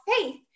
faith